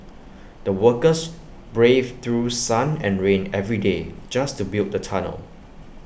the workers braved through sun and rain every day just to build the tunnel